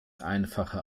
einfache